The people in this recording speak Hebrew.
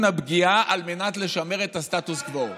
הפגיעה על מנת לשמר את הסטטוס קוו".